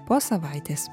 po savaitės